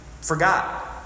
forgot